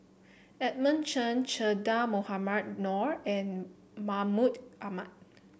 Edmund Chen Che Dah Mohamed Noor and Mahmud Ahmad